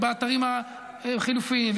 באתרים החלופיים,